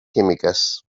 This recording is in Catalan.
químiques